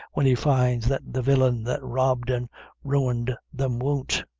when he finds that the villain that robbed and ruined them won't.